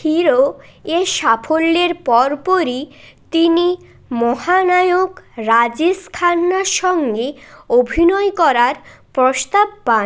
hero এর সাফল্যের পর পরই তিনি মহানায়ক রাজেশ খান্নার সঙ্গে অভিনয় করার প্রস্তাব পান